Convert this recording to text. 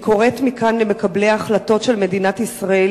אני קוראת מכאן למקבלי ההחלטות של מדינת ישראל